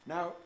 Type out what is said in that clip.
Now